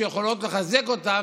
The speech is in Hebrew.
שיכולות לחזק אותם,